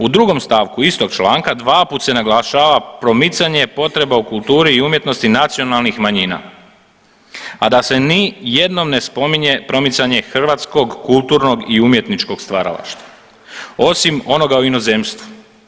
U 2. st. istog članka dvaput se naglašava promicanje potreba u kulturi i umjetnosti nacionalnih manjima, a da se nijednom ne spominje promicanje hrvatskog kulturnog i umjetničkog stvaralaštva, osim onoga u inozemstvu.